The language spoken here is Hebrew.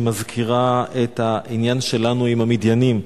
שמזכירה את העניין שלנו עם המדיינים.